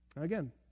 Again